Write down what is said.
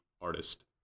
artist